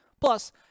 Plus